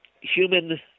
human